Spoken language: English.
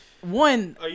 one